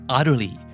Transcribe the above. Utterly